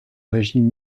régime